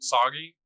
Soggy